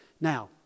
Now